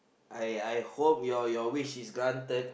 I I hope your your wish is granted